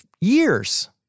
years